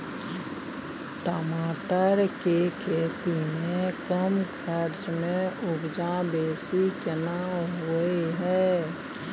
टमाटर के खेती में कम खर्च में उपजा बेसी केना होय है?